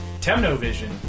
Temnovision